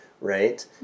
right